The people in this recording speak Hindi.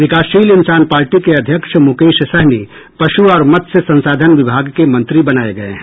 विकासशील इन्सान पार्टी के अध्यक्ष मुकेश सहनी पश् और मत्स्य संसाधन विभाग के मंत्री बनाये गये हैं